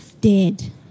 dead